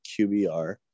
QBR